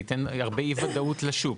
זה ייתן הרבה אי-ודאות לשוק.